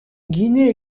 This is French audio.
guinée